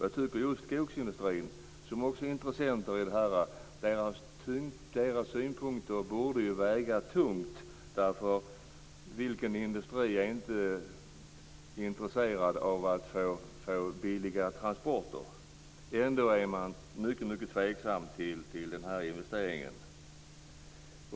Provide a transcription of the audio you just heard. Jag tycker att just skogsindustrins synpunkter - de är ju också intressenter i det här - borde väga tungt. Vilken industri är inte intresserad av att få billiga transporter? Ändå är man mycket tveksam till den här investeringen.